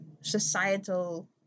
societal